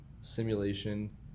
Simulation